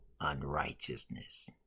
unrighteousness